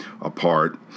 apart